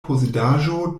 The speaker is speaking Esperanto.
posedaĵo